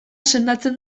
sendatzen